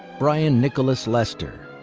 bryan nicholas lester.